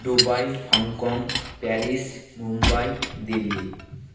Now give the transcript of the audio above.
Dubai Hong Kong Paris Mumbai Delhi